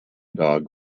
dog